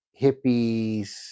hippies